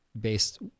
based